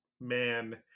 man